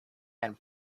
and